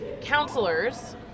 Counselors